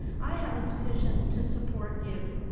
i have a petition to support you.